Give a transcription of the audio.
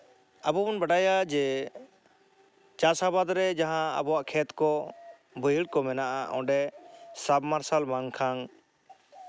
ᱟᱵᱚ ᱵᱚᱱ ᱵᱟᱰᱟᱭᱟ ᱡᱮ ᱪᱟᱥᱼᱟᱵᱟᱫᱽ ᱨᱮ ᱡᱟᱦᱟᱸ ᱟᱵᱚᱣᱟᱜ ᱠᱷᱮᱛ ᱠᱚ ᱵᱟᱹᱭᱦᱟᱹᱲ ᱠᱚ ᱢᱮᱱᱟᱜᱼᱟ ᱚᱸᱰᱮ ᱥᱟᱵᱽ ᱢᱟᱨᱥᱟᱞ ᱵᱟᱝᱠᱷᱟᱱ